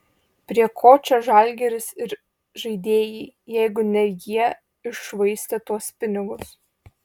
prie ko čia žalgiris ir žaidėjai jeigu ne jie iššvaistė tuos pinigus